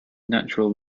natural